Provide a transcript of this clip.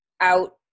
out